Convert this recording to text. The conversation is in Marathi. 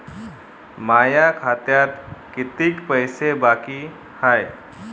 माया खात्यात कितीक पैसे बाकी हाय?